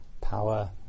power